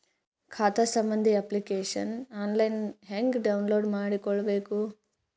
ಖಾತಾ ಸಂಬಂಧಿ application online ಹೆಂಗ್ ಡೌನ್ಲೋಡ್ ಮಾಡಿಕೊಳ್ಳಬೇಕು?